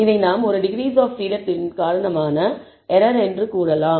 இதை நாம் ஒரு டிகிரீஸ் ஆப் பிரீடத்தின் காரணமான எரர் என்று நாம் கூறலாம்